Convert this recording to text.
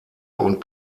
und